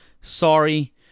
sorry